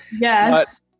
Yes